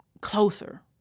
closer